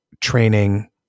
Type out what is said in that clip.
training